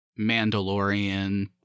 Mandalorian